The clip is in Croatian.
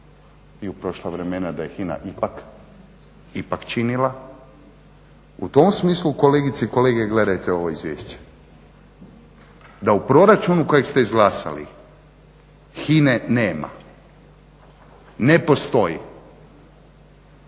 i u prošla vremena da je HINA ipak činila. U tom smislu kolegice i kolege gledajte ovo izvješće da u proračunu kojeg ste izglasali HINA-e nema, ne postoji.